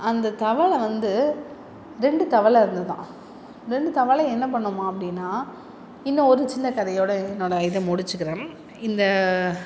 அந்த தவளை வந்து ரெண்டு தவளை இருந்துதாம் ரெண்டு தவளையும் என்னா பண்ணுமா அப்படினா இன்னும் ஒரு சின்ன கதையோட என்னோட இதை முடிச்சிக்கிறேன் இந்த